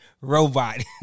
Robot